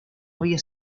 había